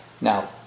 Now